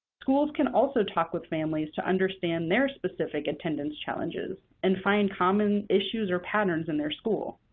schools can also talk with families to understand their specific attendance challenges and find common issues or patterns in their school.